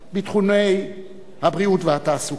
בתחומי הבריאות והתעסוקה,